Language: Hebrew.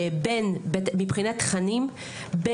מבחינת תכנים.